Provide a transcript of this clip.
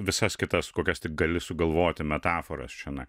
visas kitas kokias tik gali sugalvoti metaforas čionai